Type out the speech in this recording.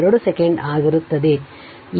2 second ಆಗಿರುತ್ತದೆ